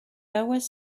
aguas